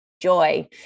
joy